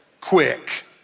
quick